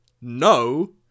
no